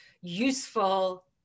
useful